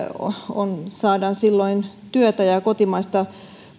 saadaan silloin työtä ja saadaan kotimaista